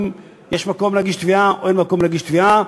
אם יש מקום להגיש תביעה או אין מקום להגיש תביעה.